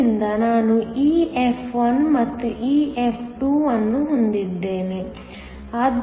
ಆದ್ದರಿಂದ ನಾನು EF1 ಮತ್ತು EF2 ಅನ್ನು ಹೊಂದಿದ್ದೇನೆ